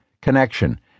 connection